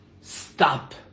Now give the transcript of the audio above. stop